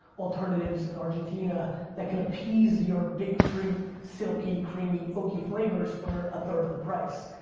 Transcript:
alternatives in argentina that can appease your big fruit, silky, creamy, oaky flavors for a third of the price.